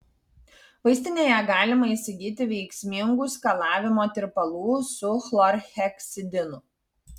vaistinėje galima įsigyti veiksmingų skalavimo tirpalų su chlorheksidinu